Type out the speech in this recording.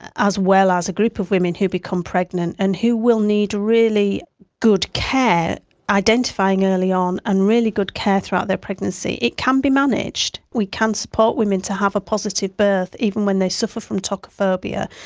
as well as a group of women who become pregnant and who will need really good care identifying early on and really good care throughout their pregnancy. it can be managed, we can support women to have a positive birth even when they suffer from tocophobia,